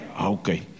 Okay